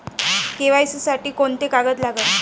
KYC साठी कोंते कागद लागन?